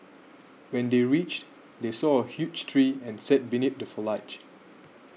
when they reached they saw a huge tree and sat beneath the foliage